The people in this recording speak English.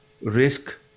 risk